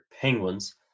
Penguins